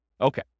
Okay